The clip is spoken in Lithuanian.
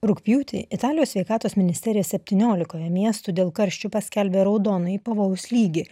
rugpjūtį italijos sveikatos ministerija septyniolikoje miestų dėl karščių paskelbė raudonąjį pavojaus lygį